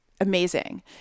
amazing